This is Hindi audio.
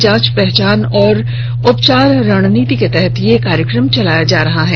जांच पहचान और उपचार रणनीति के तहत यह कार्यक्रम चलाया जा रहा है